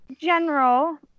general